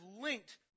linked